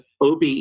OBE